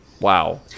wow